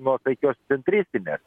nuosaikios centristinės